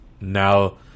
now